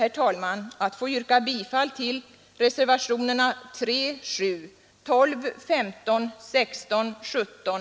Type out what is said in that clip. Jag ber att få yrka bifall till reservationerna 3, 7, 12, 15,